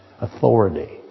authority